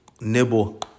nibble